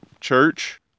church